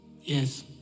Yes